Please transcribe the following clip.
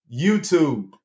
YouTube